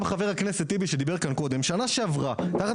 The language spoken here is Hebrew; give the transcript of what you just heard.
גם חבר הכנסת טיבי שיושב כאן, בשנה שעברה, תחת